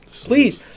Please